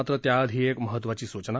मात्र त्याआधी एक महत्वाची सूचना